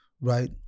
right